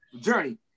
journey